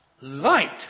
light